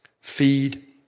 feed